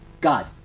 God